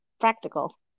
practical